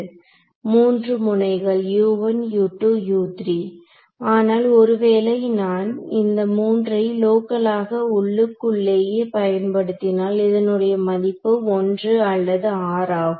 மூன்று முனைகள் ஆனால் ஒருவேளை நான் இந்த மூன்றை லோக்கலாக உள்ளுக்குள்ளேயே பயன்படுத்தினால் இதனுடைய மதிப்பு 1 அல்லது r ஆகும்